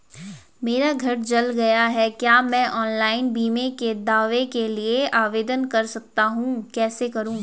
मेरा घर जल गया है क्या मैं ऑनलाइन बीमे के दावे के लिए आवेदन कर सकता हूँ कैसे करूँ?